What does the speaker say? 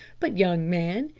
but, young man,